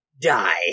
Die